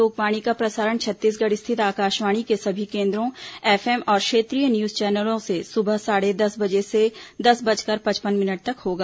लोकवाणी का प्रसारण छत्तीसगढ़ स्थित आकाशवाणी के सभी केन्द्रों एफएम और क्षेत्रीय न्यूज चैनलों से सुबह साढ़े दस बजे से दस बजकर पचपन मिनट तक होगा